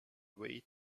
way